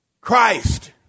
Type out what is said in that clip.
Christ